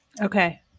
Okay